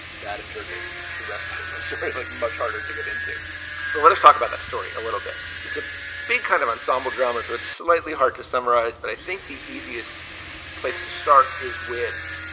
that, in turn, makes the rest of syria look like much harder to get into let us talk about that story a little bit. it's a big kind of ensemble drama, so it's slightly hard to summarize. but i think the easiest place to start is with,